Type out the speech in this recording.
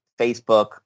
Facebook